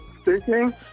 Speaking